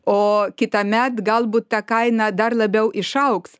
o kitąmet galbūt ta kaina dar labiau išaugs